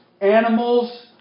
animals